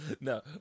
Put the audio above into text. No